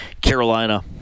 Carolina